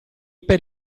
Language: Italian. per